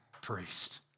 priest